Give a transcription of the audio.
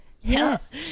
yes